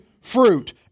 fruit